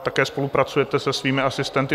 Také spolupracujete se svými asistenty.